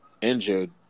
injured